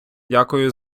дякую